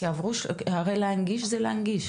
הרי להנגיש זה להנגיש.